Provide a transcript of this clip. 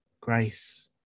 grace